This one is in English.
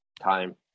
time